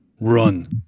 run